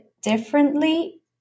differently